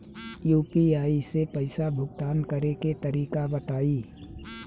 UPI से पईसा भुगतान करे के तरीका बताई?